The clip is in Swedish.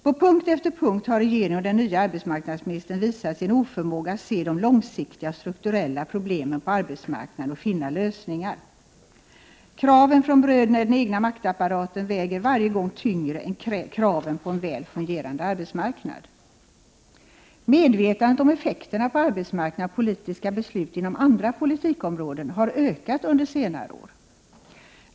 På punkt efter punkt har regeringen och den nya arbetsmarknadsministern visat sin oförmåga att se de långsiktiga och strukturella problemen på arbetsmarknaden och finna lösningar. Kraven från bröderna i den egna maktapparaten väger varje gång tyngre än kraven på en väl fungerande arbetsmarknad. Medvetenheten om effekterna på arbetsmarknaden av politiska beslut inom andra politikområden har ökat under senare år.